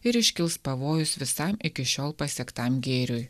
ir iškils pavojus visam iki šiol pasiektam gėriui